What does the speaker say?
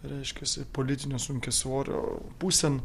reiškiasi politinio sunkiasvorio pusėn